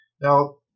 Now